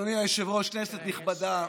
אדוני היושב-ראש, כנסת נכבדה.